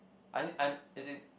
I need I need as in